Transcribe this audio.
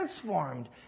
transformed